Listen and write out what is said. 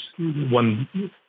one